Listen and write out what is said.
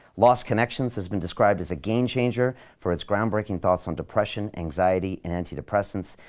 lost connections, has been described as a game changer for its groundbreaking thoughts on depression, anxiety, and antidepressants.